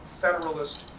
Federalist